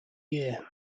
year